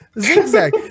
Zigzag